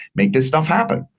make this stuff happen.